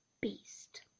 beast